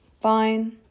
fine